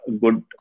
good